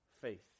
faith